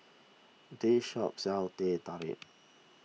this shop sells Teh Tarik